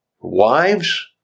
wives